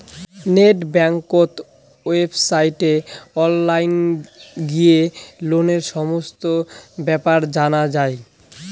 net বেংকত ওয়েবসাইটে online গিয়ে লোনের সমস্ত বেপার জানা যাই